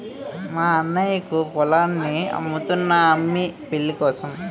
మా అన్నయ్యకు పొలాన్ని అమ్ముతున్నా అమ్మి పెళ్ళికోసం